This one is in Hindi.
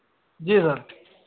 जी सर